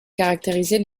caractériser